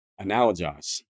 Analogize